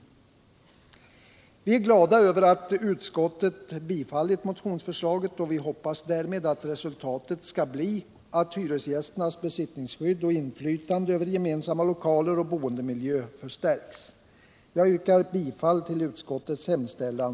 Vi är glada över att utskottet tillstyrkt motionsförslaget och hoppas att resultatet skall bli att hyresgästernas besittningsskydd och inflytande över gemensamma lokaler och över boendemiljön förstärks. Jag yrkar bifall till utskottets hemställan.